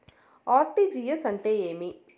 RTGS అంటే ఏమి